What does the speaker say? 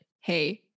hey